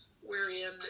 wherein